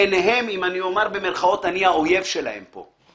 בעיניהם אני, במרכאות, ה"אויב" שלהם פה.